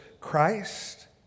Christ